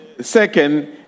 second